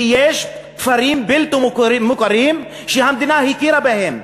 ויש כפרים בלתי מוכרים שהמדינה הכירה בהם,